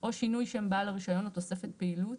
או שינוי שם בעל הרישיון או תוספת פעילות,